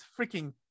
freaking